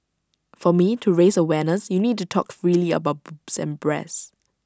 for me to raise awareness you need to talk freely about boobs and breasts